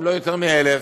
אם לא יותר מאלף,